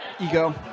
Ego